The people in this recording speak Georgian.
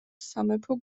სამეფო